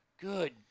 Good